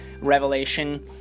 Revelation